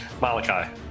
Malachi